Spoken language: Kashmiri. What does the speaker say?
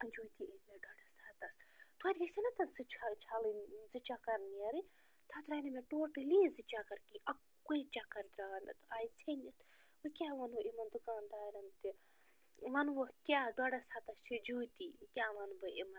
جوٗتی أنۍ مےٚ ڈۄڈس ہتس تویتہِ گژھِ ہَے نا تتھ زٕ چھَ چھلٕنۍ زٕ چکر نیرٕنۍ تتھ درٛاے نہٕ مےٚ ٹوٹلی زٕ چکر کیٚنٛہہ اَکُے چکر درٛاو مےٚ تہٕ آیہِ ژھیٚنِتھ وۄنۍ کیٛاہ وَنو یِمن دُکان دارن تہِ ونووکھ کیٛاہ ڈۄڈس ہتس چھےٚ جوتی کیٛاہ ونہٕ بہٕ یِمن